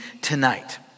tonight